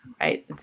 right